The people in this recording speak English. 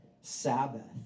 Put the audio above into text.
Sabbath